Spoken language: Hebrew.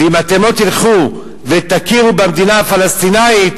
ואם אתם לא תלכו ותכירו במדינה הפלסטינית,